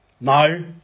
no